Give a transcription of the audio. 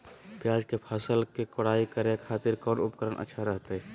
प्याज के फसल के कोढ़ाई करे खातिर कौन उपकरण अच्छा रहतय?